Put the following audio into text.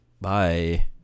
bye